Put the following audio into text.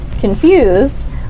confused